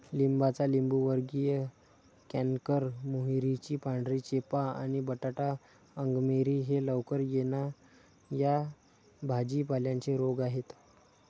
लिंबाचा लिंबूवर्गीय कॅन्कर, मोहरीची पांढरी चेपा आणि बटाटा अंगमेरी हे लवकर येणा या भाजी पाल्यांचे रोग आहेत